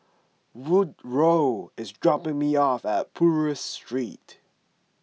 Woodrow is dropping me off at Purvis Street